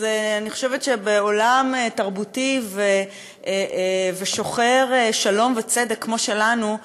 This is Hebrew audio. אני חושבת שבעולם תרבותי ושוחר שלום וצדק כמו שלנו,